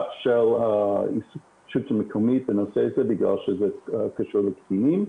לאכיפת הרשות המקומית בנושא זה כי זה קשור לקטינים.